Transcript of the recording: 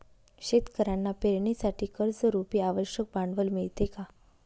शेतकऱ्यांना पेरणीसाठी कर्जरुपी आवश्यक भांडवल मिळते का?